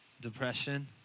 Depression